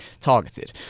targeted